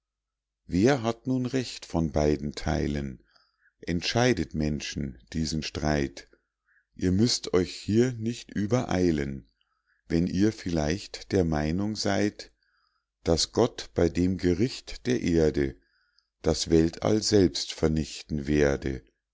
wer hat nun recht von beiden theilen entscheidet menschen diesen streit ihr müßt euch hier nicht übereilen wenn ihr vielleicht der meinung seyd daß gott bei dem gericht der erde das weltall selbst vernichten werde